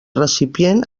recipient